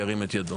מי נגד?